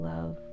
Love